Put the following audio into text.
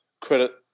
credit